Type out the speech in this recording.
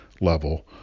level